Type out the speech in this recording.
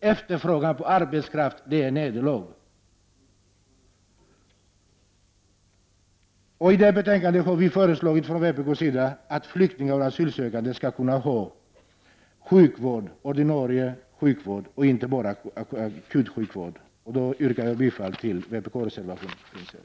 efterfrågan på arbetskraft är ett nederlag. I detta betänkande har vi föreslagit från vänsterpartiets sida att flyktingar och asylsökande skall ha ordinarie sjukvård och inte bara akutvård. Jag yrkar bifall till vänsterpartiets reservationer.